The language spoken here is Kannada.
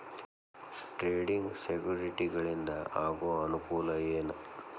ಟ್ರೇಡಿಂಗ್ ಸೆಕ್ಯುರಿಟಿಗಳಿಂದ ಆಗೋ ಅನುಕೂಲ ಏನ